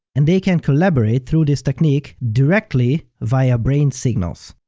and they can collaborate through this technique directly via brain signals.